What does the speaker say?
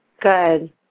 Good